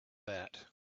that